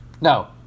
No